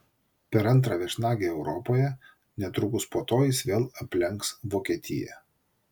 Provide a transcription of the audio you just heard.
per antrą viešnagę europoje netrukus po to jis vėl aplenks vokietiją